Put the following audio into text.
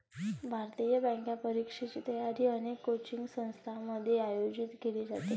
भारतात, बँक परीक्षेची तयारी अनेक कोचिंग संस्थांमध्ये आयोजित केली जाते